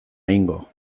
egingo